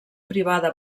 privada